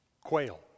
Quail